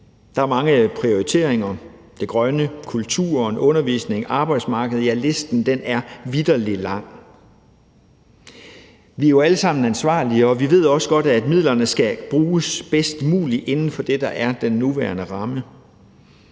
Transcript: Der er mange prioriteringer: det grønne, kulturen, undervisning, arbejdsmarkedet. Ja, listen er virkelig lang. Vi er jo alle sammen ansvarlige, og vi ved også godt, at midlerne skal bruges bedst muligt inden for det, der er den nuværende ramme.